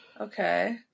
Okay